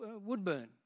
Woodburn